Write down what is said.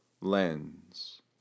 lens